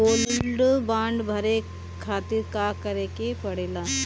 Gold bond भरे खातिर का करेके पड़ेला?